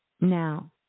Now